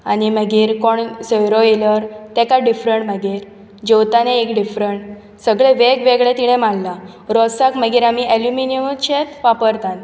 आनी मागीर कोण सोयरो येयल्यार तेका डिफरन्ट मागीर जेवताना एक डिफरन्ट सगळे वेगवेगळे तिणें मांडलां रोसाक मागीर आमी एलुमिनयमचेच वापरतात